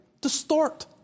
distort